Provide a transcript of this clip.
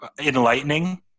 enlightening